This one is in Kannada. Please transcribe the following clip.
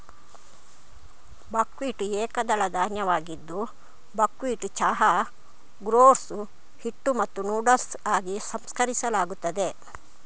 ಬಕ್ವೀಟ್ ಏಕದಳ ಧಾನ್ಯವಾಗಿದ್ದು ಬಕ್ವೀಟ್ ಚಹಾ, ಗ್ರೋಟ್ಸ್, ಹಿಟ್ಟು ಮತ್ತು ನೂಡಲ್ಸ್ ಆಗಿ ಸಂಸ್ಕರಿಸಲಾಗುತ್ತದೆ